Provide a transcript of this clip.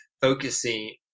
focusing